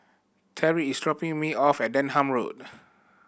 Terry is dropping me off at Denham Road